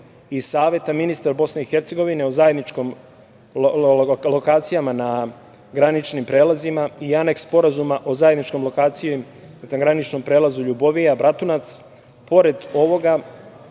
i Saveta ministara BiH o zajedničkim lokacijama na graničnim prelazima i Aneks sporazuma o zajedničkoj lokaciji na graničnom prelazu Ljubovija-Bratunac, pored ovoga,